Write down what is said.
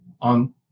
on